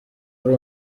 ari